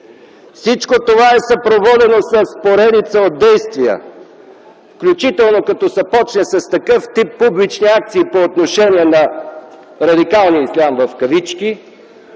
Всичко това е съпроводено с поредица от действия, включително като се почне с такъв тип публични акции по отношение на радикалния ислям в кавички,